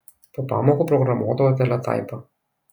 po pamokų programuodavo teletaipą